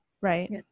right